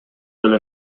деле